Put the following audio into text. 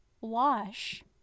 wash